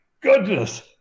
goodness